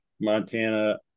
Montana